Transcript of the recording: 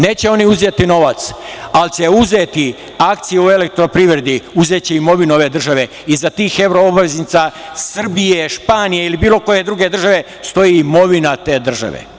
Neće oni uzeti novac, ali će uzeti akcije u Elektroprivredi, uzeće imovinu ove države, iza tih evro obveznica Srbije, Španije, ili bilo koje druge države stoji imovina te države.